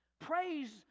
Praise